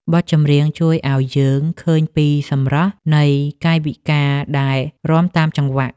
បទចម្រៀងជួយឱ្យយើងឃើញពីសម្រស់នៃកាយវិការដែលរាំតាមចង្វាក់។